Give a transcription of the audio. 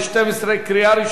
2011, נתקבלה.